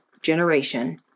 generation